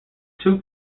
two